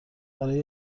برای